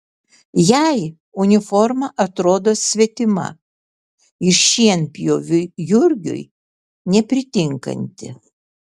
jai uniforma atrodo svetima ir šienpjoviui jurgiui nepritinkanti